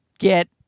get